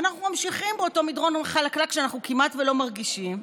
ואנחנו ממשיכים באותו מדרון חלקלק שאנחנו כמעט לא מרגישים,